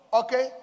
okay